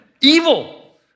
Evil